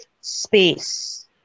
space